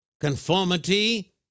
conformity